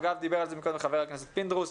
דיבר על-כך חבר הכנסת פינדרוס.